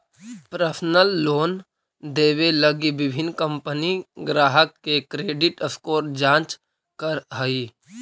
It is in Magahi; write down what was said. पर्सनल लोन देवे लगी विभिन्न कंपनि ग्राहक के क्रेडिट स्कोर जांच करऽ हइ